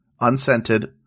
unscented